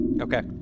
Okay